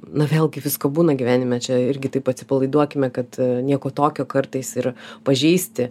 na vėlgi visko būna gyvenime čia irgi taip atsipalaiduokime kad nieko tokio kartais ir pažeisti